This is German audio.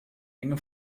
enge